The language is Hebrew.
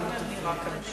אחד מהם נראה כאן,